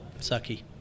sucky